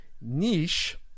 niche